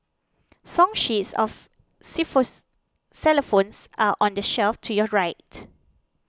song sheets of xylophones are on the shelf to your right